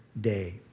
day